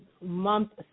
months